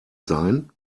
sein